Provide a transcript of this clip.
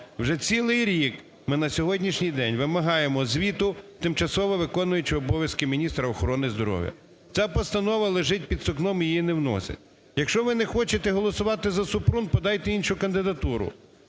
Вже цілий рік ми на сьогоднішній день вимагаємо звіту тимчасово виконуючого обов'язки міністра охорони здоров'я. Ця постанова лежить під сукном і її не вносять. Якщо ви не хочете голосувати за Супрун, подайте іншу кандидатуру.